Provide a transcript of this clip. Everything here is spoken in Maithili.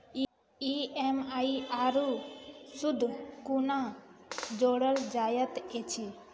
ई.एम.आई आरू सूद कूना जोड़लऽ जायत ऐछि?